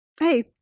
hey